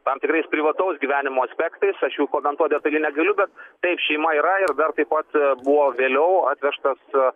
tam tikrais privataus gyvenimo aspektais aš jų komentuoti detaliai negaliu bet taip šeima yra ir dar taip pat buvo vėliau atvežtas